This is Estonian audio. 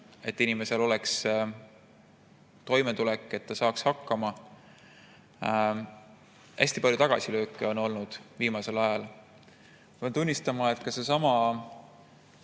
et inimesel oleks toimetulek, et ta saaks hakkama. Hästi palju tagasilööke on olnud viimasel ajal. Ma pean tunnistama, et ka sellessamas